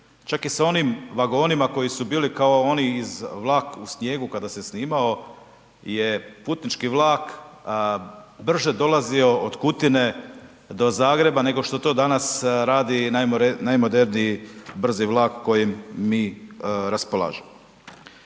čak i sa onim vagonima koji su bili kao oni iz „Vlak u snijegu“ kada se snimao je putnički vlak brže dolazio od Kutine do Zagreba nego što to danas radi najmoderniji brzi vlak kojim mi raspolažemo.